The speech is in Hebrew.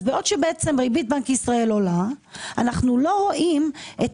בעוד שריבית בנק ישראל עולה אנחנו לא רואים את